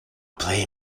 play